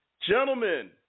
gentlemen